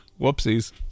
Whoopsies